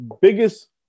biggest